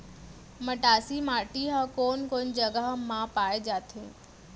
मटासी माटी हा कोन कोन जगह मा पाये जाथे?